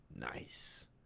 nice